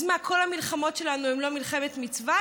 אז מה, כל המלחמות שלנו הן לא מלחמת מצווה?